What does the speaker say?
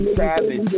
savage